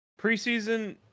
preseason